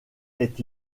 est